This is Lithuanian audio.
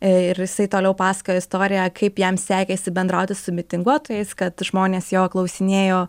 ir jisai toliau pasakojo istoriją kaip jam sekėsi bendrauti su mitinguotojais kad žmonės jo klausinėjo